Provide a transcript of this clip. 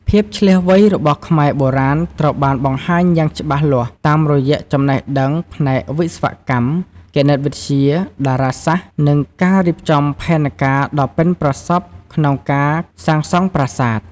ភាពឈ្លាសវៃរបស់ខ្មែរបុរាណត្រូវបានបង្ហាញយ៉ាងច្បាស់លាស់តាមរយៈចំណេះដឹងផ្នែកវិស្វកម្ម គណិតវិទ្យា តារាសាស្ត្រ និងការរៀបចំផែនការដ៏ប៉ិនប្រសប់ក្នុងការសាងសង់ប្រាសាទ។